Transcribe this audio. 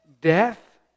Death